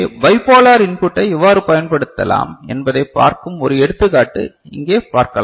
bipolar இன்புட்டை எவ்வாறு பயன்படுத்தலாம் என்பதைப் பார்க்கும் ஒரு எடுத்துக்காட்டு இங்கே பார்க்கலாம்